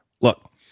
Look